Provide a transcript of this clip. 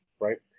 Right